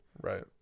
right